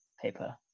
paper